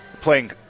playing